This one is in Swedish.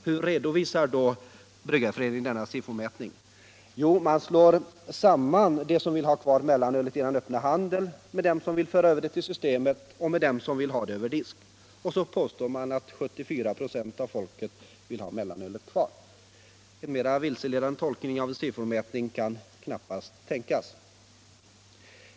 Hur redovisar då Svenska bryggareföreningen denna SIFO-mätning? Jo, man slår samman dem som vill ha kvar mellanölet i öppna handeln med dem som vill föra det till Systemet och med dem som vill ha det över disk. Och så påstår man att 74 96 av folket vill ha mellanölet kvar. En mera vilseledande tolkning av en SIFO-mätning kan knappast tänkas.